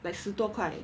like 十多块